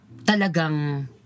talagang